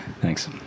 thanks